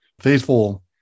faithful